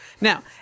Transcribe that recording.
Now